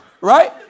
Right